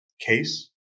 case